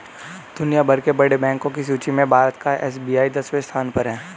दुनिया भर के बड़े बैंको की सूची में भारत का एस.बी.आई दसवें स्थान पर है